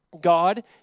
God